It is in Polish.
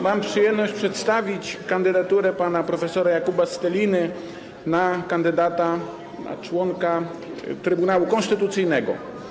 Mam przyjemność przedstawić kandydaturę pana prof. Jakuba Steliny na członka Trybunału Konstytucyjnego.